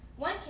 One